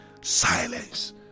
Silence